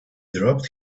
dropped